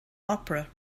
opera